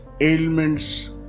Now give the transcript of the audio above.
ailments